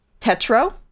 Tetro